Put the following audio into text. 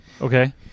Okay